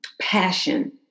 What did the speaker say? passion